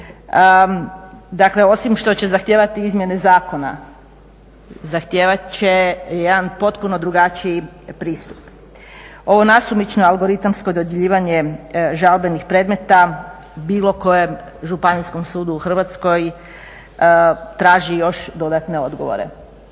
Dakle osim što će zahtijevati izmjene zakona, zahtijevat će jedan potpuno drugačiji pristup. Ovo nasumično algoritamsko dodjeljivanje žalbenih predmeta bilo kojem županijskom sudu u Hrvatskoj traži još dodatne odgovore,